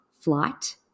flight